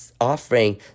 offering